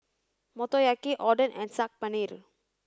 Motoyaki Oden and Saag Paneer